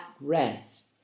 rest